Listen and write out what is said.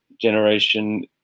generation